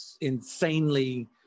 insanely